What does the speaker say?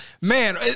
Man